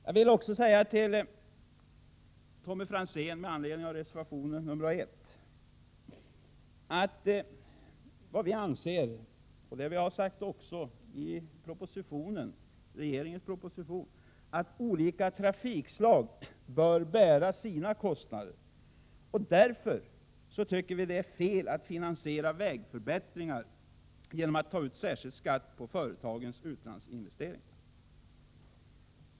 Jag vill säga till Tommy Franzén med anledning av reservationen nr 1 att vi anser — det har också regeringen sagt i propositionen — att olika trafikslag bör bära sina kostnader. Därför tycker vi att det är fel att finansiera vägförbättringar genom att ta ut särskild skatt på företagens utlandsinvesteringar.